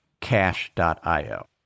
cash.io